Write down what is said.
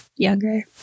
Younger